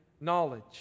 knowledge